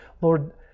Lord